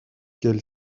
qu’elle